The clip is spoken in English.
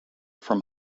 from